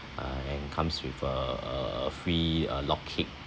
and comes with a uh free uh log cake